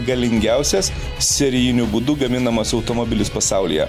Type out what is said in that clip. galingiausias serijiniu būdu gaminamas automobilis pasaulyje